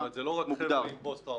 אבל זה לא רק חבר'ה עם פוסט טראומה.